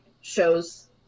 shows